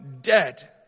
dead